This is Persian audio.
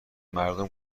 مردم